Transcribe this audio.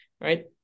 right